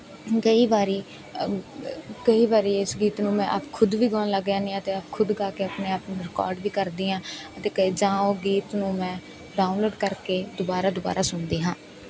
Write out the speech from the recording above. ਕਈ ਵਾਰੀ ਅ ਕਈ ਵਾਰੀ ਇਸ ਗੀਤ ਨੂੰ ਮੈਂ ਆਪ ਖੁਦ ਵੀ ਗਾਉਣ ਲੱਗ ਜਾਂਦੀ ਹਾਂ ਅਤੇ ਖੁਦ ਗਾ ਕੇ ਆਪਣੇ ਆਪ ਨੂੰ ਰਿਕਾਰਡ ਵੀ ਕਰਦੀ ਹਾਂ ਅਤੇ ਕਈ ਜਾਂ ਉਹ ਗੀਤ ਨੂੰ ਮੈਂ ਡਾਊਨਲੋਡ ਕਰਕੇ ਦੁਬਾਰਾ ਦੁਬਾਰਾ ਸੁਣਦੀ ਹਾਂ